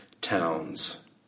towns